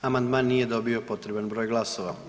Amandman nije dobio potreban broj glasova.